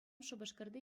шупашкарти